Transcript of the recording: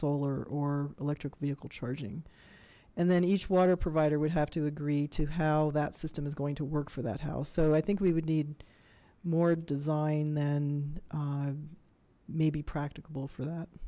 solar or electric vehicle charging and then each water provider would have to agree to how that system is going to work for that house so i think we would need more design than may be practicable for that